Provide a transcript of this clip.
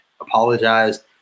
apologized